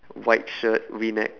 white shirt V neck